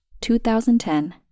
2010